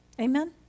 Amen